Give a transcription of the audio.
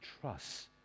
trust